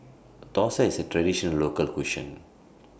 Thosai IS A Traditional Local Cuisine